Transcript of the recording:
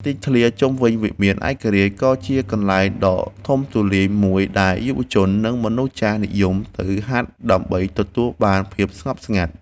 ទីធ្លាជុំវិញវិមានឯករាជ្យ ក៏ជាកន្លែងដ៏ធំទូលាយមួយដែលយុវជន និងមនុស្សចាស់និយមទៅហាត់ដើម្បីទទួលបានភាពស្ងប់ស្ងាត់។